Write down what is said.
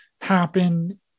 happen